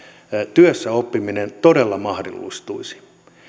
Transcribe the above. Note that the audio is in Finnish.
työssäoppiminen todella mahdollistuisi